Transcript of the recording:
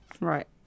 Right